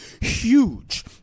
huge